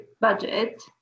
budget